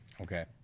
Okay